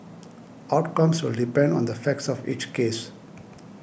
outcomes will depend on the facts of each case